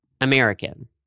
American